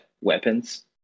weapons